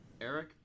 Eric